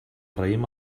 raïm